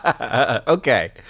Okay